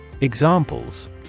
Examples